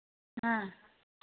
हाँ